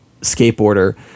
Skateboarder